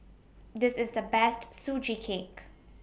This IS The Best Sugee Cake